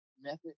method